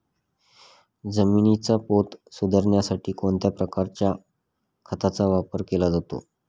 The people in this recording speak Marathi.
जमिनीचा पोत सुधारण्यासाठी कोणत्या प्रकारच्या खताचा वापर केला जातो?